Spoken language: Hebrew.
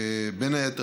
בין היתר,